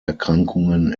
erkrankungen